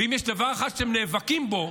ואם יש דבר אחד שאתם נאבקים בו,